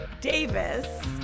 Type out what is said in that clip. Davis